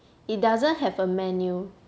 it doesn't have a menu